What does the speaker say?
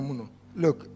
look